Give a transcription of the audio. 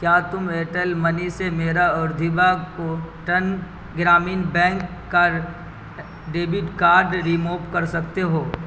کیا تم Airtel money سے میرا اور دیبا کو ٹن گرامین بینک کا ڈیبٹ کارڈ ریموبھ کر سکتے ہو